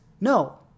no